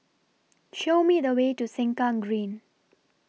Show Me The Way to Sengkang Green